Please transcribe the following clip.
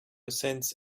sense